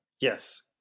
Yes